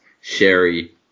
Sherry